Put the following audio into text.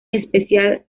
especial